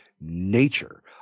nature